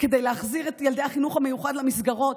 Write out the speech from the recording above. כדי להחזיר את ילדי החינוך המיוחד למסגרות.